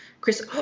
Chris